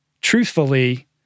truthfully